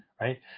right